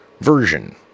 version